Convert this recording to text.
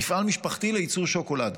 מפעל משפחתי לייצור שוקולד.